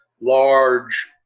large